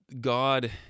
God